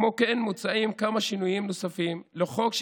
כמו כן מוצעים כמה שינויים נוספים בחוק,